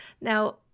Now